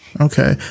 Okay